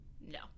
no